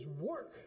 work